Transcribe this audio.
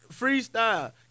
freestyle